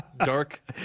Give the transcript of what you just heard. Dark